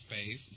space